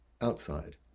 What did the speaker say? outside